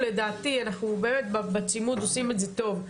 לדעתי בצימוד אנחנו עושים את זה טוב,